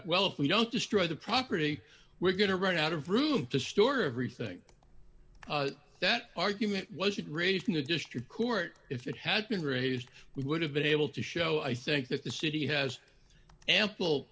well if we don't destroy the property we're going to run out of room to store everything that argument wasn't raised in the district court if it had been raised we would have been able to show i think that the city has ample